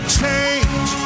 change